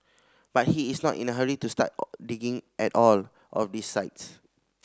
but he is not in a hurry to start digging at all of these sites